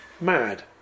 mad